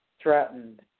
Threatened